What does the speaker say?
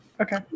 Okay